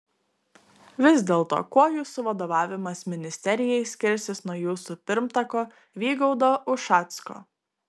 vis dėlto kuo jūsų vadovavimas ministerijai skirsis nuo jūsų pirmtako vygaudo ušacko